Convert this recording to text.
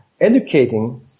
educating